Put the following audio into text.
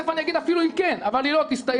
תכף אני אגיד אפילו אם כן אבל היא לא תסתיים.